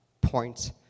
points